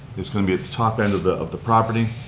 it's going to be at the top end of the of the property.